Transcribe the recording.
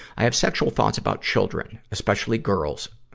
i have sexual thoughts about children, especially girls.